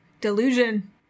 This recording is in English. Delusion